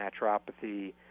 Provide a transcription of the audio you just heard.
naturopathy